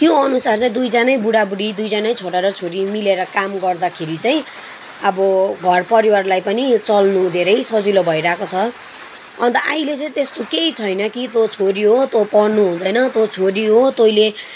त्यो अनुसार चाहिँ दुईजनै बुढा बुढी दुईजनै छोरा र छोरी मिलेर काम गर्दाखेरि चाहिँ अब घर परिवारलाई पनि चल्नु धेरै सजिलो भइरहेको छ अन्त अहिले चाहिँ त्यस्तो केही छैन कि तँ छोरी हो तँ पढ्नु हुँदैन तँ छोरी हो तैँले